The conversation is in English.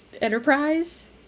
Enterprise